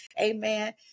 Amen